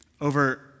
over